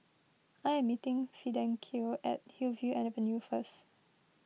I am meeting Fidencio at Hillview Avenue first